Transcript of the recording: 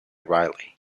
riley